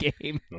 game